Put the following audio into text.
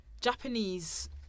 Japanese